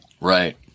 Right